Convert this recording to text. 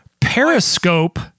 Periscope